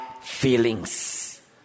feelings